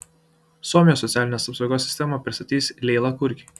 suomijos socialinės apsaugos sistemą pristatys leila kurki